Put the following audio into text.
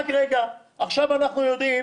רק רגע, עכשיו אנחנו יודעים